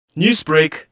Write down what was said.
Newsbreak